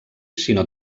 sinó